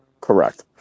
Correct